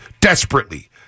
Desperately